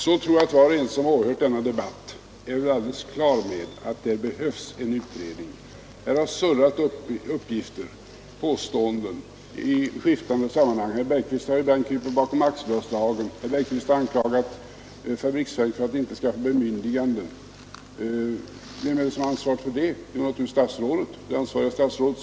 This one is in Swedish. Var och en som åhört denna debatt är väl helt på det klara med att det behövs en utredning. Här har surrat en massa uppgifter och påståenden i skiftande sammanhang. Herr Bergqvist har ibland krupit bakom aktiebolagslagen, och han har anklagat fabriksverken för att inte ha skaffat bemyndiganden. Vem är det som har ansvaret för det, om inte det ansvariga statsrådet?